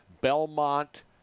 Belmont